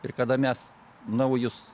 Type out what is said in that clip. ir kada mes naujus